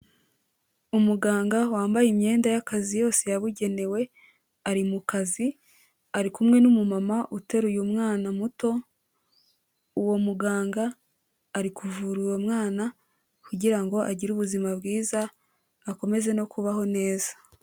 Umuganga wambaye imyenda y'akazi yose yabugenewe ari mu kazi ari kumwe n'umumama uteruye mwana muto, uwo muganga ari kuvura uwo mwana kugira ngo agire ubuzima bwiza akomeze no kubaho neza.